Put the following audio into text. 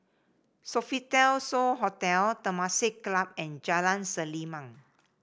Sofitel So Hotel Temasek Club and Jalan Selimang